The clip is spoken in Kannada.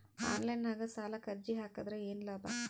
ಆನ್ಲೈನ್ ನಾಗ್ ಸಾಲಕ್ ಅರ್ಜಿ ಹಾಕದ್ರ ಏನು ಲಾಭ?